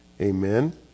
Amen